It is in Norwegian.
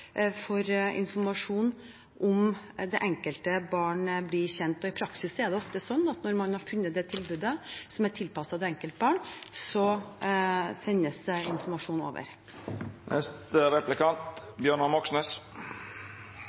at informasjon om tiltak for det enkelte barn blir kjent. I praksis er det ofte sånn at når man har funnet det tilbudet som er tilpasset det enkelte barn, sendes det informasjon over.